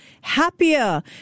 happier